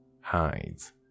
hides